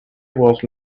was